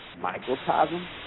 microcosm